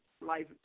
life